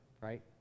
right